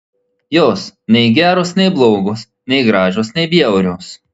jos nei geros nei blogos nei gražios nei bjaurios